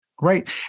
right